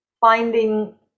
finding